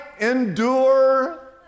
endure